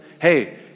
hey